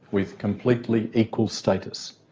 with completely equal status.